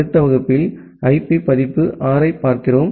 அடுத்த வகுப்பில் ஐபி பதிப்பு 6 ஐப் பார்க்கிறோம்